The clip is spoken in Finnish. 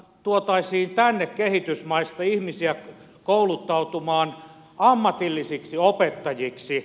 tuotaisiin tänne kehitysmaista ihmisiä kouluttautumaan ammatillisiksi opettajiksi